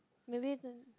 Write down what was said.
maybe then